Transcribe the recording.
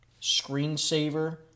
screensaver